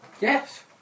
Yes